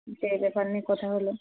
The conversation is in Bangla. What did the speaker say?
এই ব্যাপার নিয়ে কথা হল